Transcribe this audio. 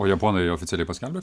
o japonai oficialiai paskelbė